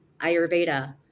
Ayurveda